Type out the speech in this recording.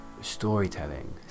storytelling